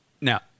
Now